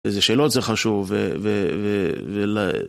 איזה שאלות זה חשוב, ו...